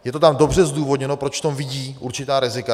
Je to tam dobře zdůvodněno, proč v tom vidí určitá rizika.